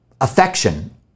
affection